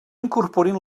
incorporin